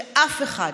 שאף אחד,